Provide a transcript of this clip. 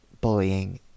bullying